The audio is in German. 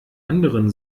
anderen